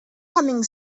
humming